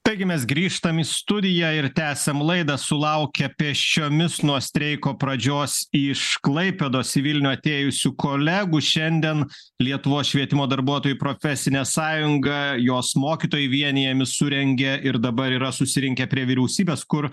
taigi mes grįžtam į studiją ir tęsiam laidą sulaukę pėsčiomis nuo streiko pradžios iš klaipėdos į vilnių atėjusių kolegų šiandien lietuvos švietimo darbuotojų profesinė sąjunga jos mokytojai vienijami surengė ir dabar yra susirinkę prie vyriausybės kur